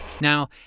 Now